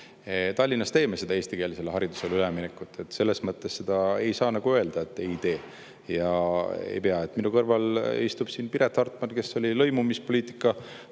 Tallinnas ja teeme seda eestikeelsele haridusele üleminekut. Selles mõttes ei saa öelda, et ei tee ja ei pea. Minu kõrval istub Piret Hartman, kes oli lõimumispoliitika